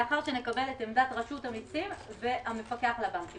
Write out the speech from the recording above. לאחר שנקבל את עמדת רשות המיסים והמפקח על הבנקים.